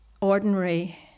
ordinary